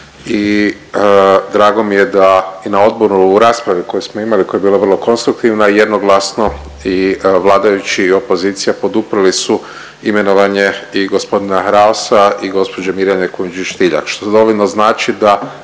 i drago mi je i da na odboru u raspravi koju smo imali koja je bila vrlo konstruktivna jednoglasno i vladajući i opozicija poduprli su imenovanje i g. Raosa i gospođe Mirjane Kujundžić Tiljak što dovoljno znači da